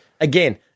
Again